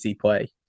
play